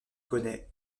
connaît